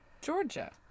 Georgia